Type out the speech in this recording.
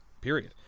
period